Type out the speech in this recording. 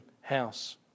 house